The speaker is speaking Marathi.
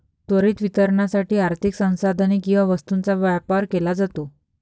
त्वरित वितरणासाठी आर्थिक संसाधने किंवा वस्तूंचा व्यापार केला जातो